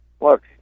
look